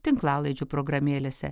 tinklalaidžių programėlėse